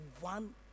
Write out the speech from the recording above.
one